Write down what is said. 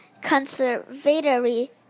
conservatory